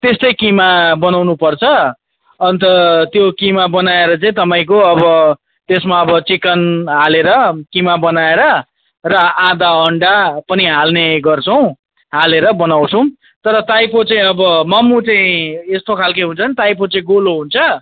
त्यसकै किमा बनाउनु पर्छ अन्त त्यो किमा बनाएर चाईँ तपाईँको अब त्यसमा अब चिकन हालेर किमा बनाएर र आधा अन्डा पनि हाल्ने गर्छौँ हालेर बनाउँछौँ तर टाइपो चाहिँ अब मोमो चाहिँ यस्तो खाल्के हुन्छन् टाइपो चाहिँ गोलो हुन्छ